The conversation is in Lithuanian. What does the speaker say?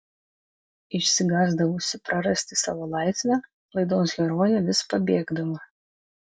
išsigąsdavusi prarasti savo laisvę laidos herojė vis pabėgdavo